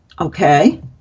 Okay